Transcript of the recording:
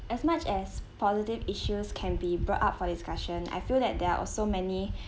as much as positive issues can be brought up for discussion I feel that there are also many